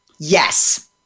Yes